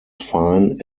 fine